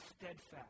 steadfast